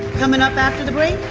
coming up after the break,